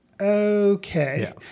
okay